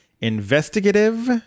investigative